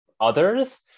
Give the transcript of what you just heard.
Others